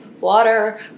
water